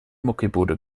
muckibude